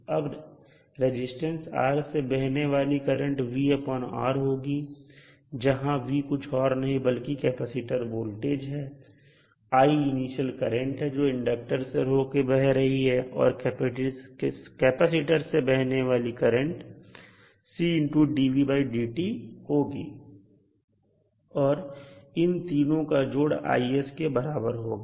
अब resistance R से बहने वाली करंट vR होगी जहां v कुछ और नहीं बल्कि कैपेसिटर वोल्टेज है और i इनिशियल करंट है जो इंडक्टर से होकर बह रही है और कैपेसिटर से बहने वाली करंट Cdvdt होगी और इन तीनों का जोड़ Is के बराबर होगा